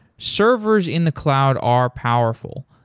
servers in the cloud are powerful,